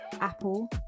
Apple